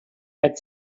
had